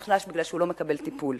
הוא נחלש מפני שהוא לא מקבל טיפול.